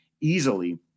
easily